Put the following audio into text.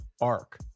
arc